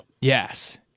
Yes